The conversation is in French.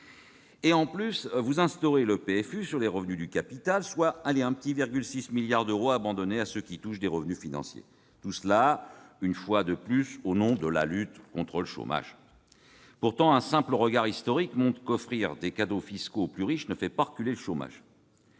prélèvement forfaitaire unique sur les revenus du capital, soit 1,6 milliard d'euros abandonnés à ceux qui touchent des revenus financiers. Tout cela, une fois de plus, au nom de la lutte contre le chômage ! Pourtant, un simple regard historique montre qu'offrir des cadeaux fiscaux aux plus riches ne fait pas reculer le chômage.